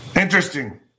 Interesting